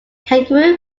kangaroo